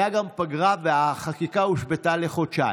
הייתה פגרה, והחקיקה הושבתה לחודשיים.